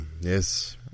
yes